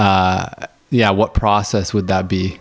yeah what process would that be